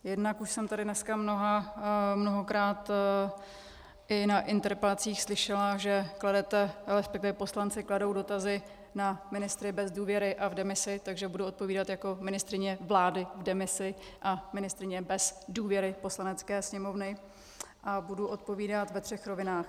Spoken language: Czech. Jednak už jsem tady dneska mnohokrát i na interpelacích slyšela, že kladete, respektive poslanci kladou dotazy na ministry bez důvěry a v demisi, takže budu odpovídat jako ministryně vlády v demisi a ministryně bez důvěry Poslanecké sněmovny a budu odpovídat ve třech rovinách.